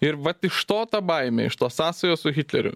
ir vat iš to ta baimė iš tos sąsajos su hitleriu